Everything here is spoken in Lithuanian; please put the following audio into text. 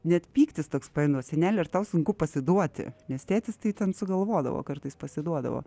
net pyktis toks paimdavo seneli ar tau sunku pasiduoti nes tėtis tai ten sugalvodavo kartais pasiduodavo